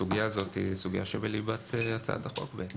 הסוגייה הזאת היא סוגייה שבליבת הצעת החוק בעצם.